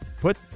Put